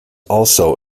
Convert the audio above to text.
also